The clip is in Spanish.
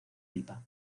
pipa